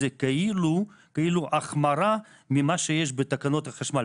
זה כאילו החמרה ממה שיש בתקנות החשמל.